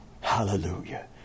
Hallelujah